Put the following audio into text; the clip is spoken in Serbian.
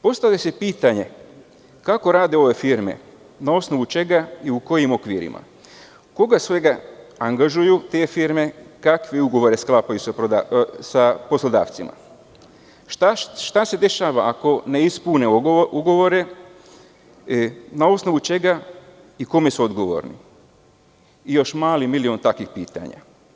Postavlja se pitanje, kako rade ove firme i na osnovu čega i u kojim okvirima, koga sve angažuju te firme, kakve ugovore sklapaju sa poslodavcima, šta se dešava ako ne ispune ugovore i na osnovu čega i kome su odgovorni i još mali milion takvih pitanja.